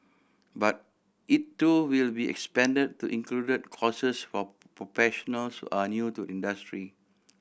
but it too will be expanded to include courses for professionals are new to the industry